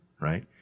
right